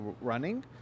running